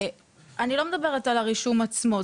אני לא מדברת על הרישום עצמו.